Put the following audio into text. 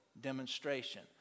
demonstration